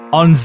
on